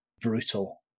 brutal